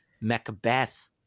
Macbeth